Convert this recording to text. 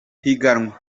higanwa